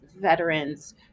veterans